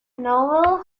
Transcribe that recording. noel